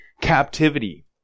captivity